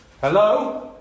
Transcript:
Hello